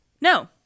No